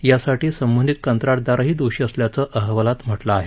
यासाठी संबंधित कंत्राटदारही दोषी असल्याचं अहवालात म्हटलं आहे